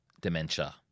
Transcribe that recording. dementia